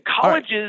Colleges